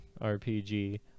RPG